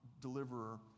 deliverer